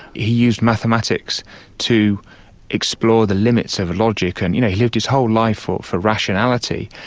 he used mathematics to explore the limits of logic, and you know he lived his whole life for for rationality,